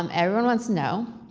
um everyone wants to know,